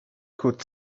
could